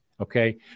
Okay